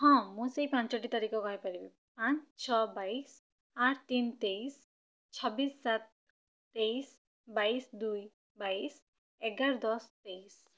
ହଁ ମୁଁ ସେଇ ପାଞ୍ଚଟି ତାରିଖ କହିପାରିବି ପାଞ୍ଚ ଛଅ ବାଇଶ ଆଠ ତିନ ତେଇଶ ଛବିଶ ସାତ ତେଇଶ ବାଇଶ ଦୁଇ ବାଇଶ ଏଗାର ଦଶ ତେଇଶ